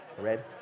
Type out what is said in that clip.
Red